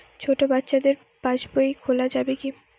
ছোট বাচ্চাদের পাশবই খোলা যাবে কি?